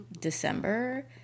December